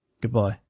Goodbye